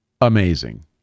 amazing